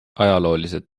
ajalooliselt